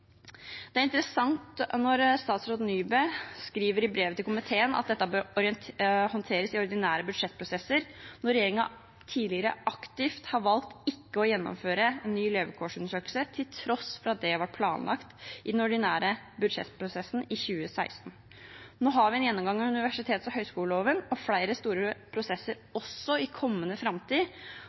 Det er interessant når statsråd Nybø skriver i brev til komiteen at dette bør håndteres i ordinære budsjettprosesser, når regjeringen tidligere aktivt har valgt ikke å gjennomføre en ny levekårsundersøkelse til tross for at det var planlagt i den ordinære budsjettprosessen i 2016. Nå har vi en gjennomgang av universitets- og høyskoleloven og flere store prosesser i kommende framtid.